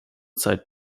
zeit